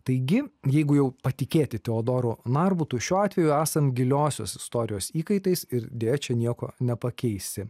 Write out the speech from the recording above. taigi jeigu jau patikėti teodoru narbutu šiuo atveju esam giliosios istorijos įkaitais ir deja čia nieko nepakeisi